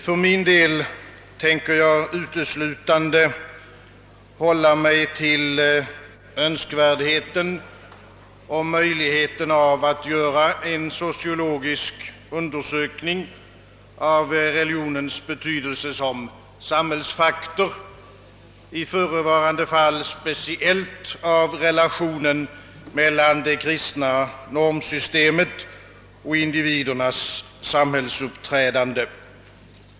För min del tänker jag uteslutande hålla mig till önskvärdheten och möjligheten av att göra en sociologisk undersökning av religionens betydelse som samhällsfaktor, i förevarande fall speciellt av relationen mellan det kristna normsystemet och individernas samhällsuppträdande.